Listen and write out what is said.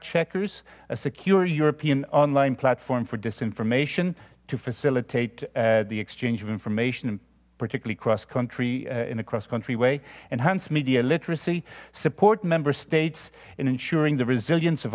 checkers a secure european online platform for disinformation to facilitate the exchange of information in particularly cross country in a cross country way enhance media literacy support member states in ensuring the resilience of